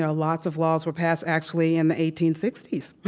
ah lots of laws were passed, actually, in the eighteen sixty s,